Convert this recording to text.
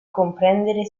comprendere